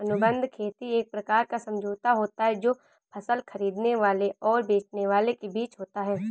अनुबंध खेती एक प्रकार का समझौता होता है जो फसल खरीदने वाले और बेचने वाले के बीच होता है